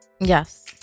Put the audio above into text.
Yes